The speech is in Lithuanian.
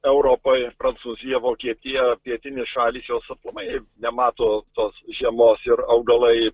europoj prancūzija vokietija pietinės šalys jos aplamai nemato tos žiemos ir augalai